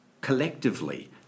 collectively